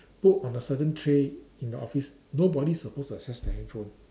put on the certain tray in the office nobody supposed to access their handphone